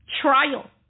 trial